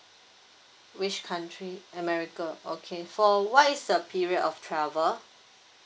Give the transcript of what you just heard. which country america okay for what is the period of travel